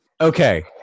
Okay